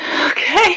Okay